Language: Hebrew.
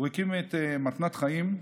הקים את "מתנת חיים".